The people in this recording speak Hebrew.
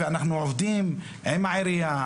ואנחנו עובדים עם העירייה,